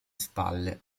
spalle